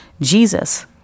Jesus